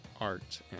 art